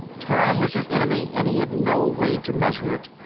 time was his enemy and he had no way to measure it.